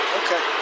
okay